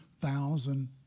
thousand